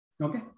Okay